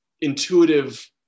intuitive